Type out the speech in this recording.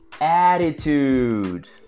Attitude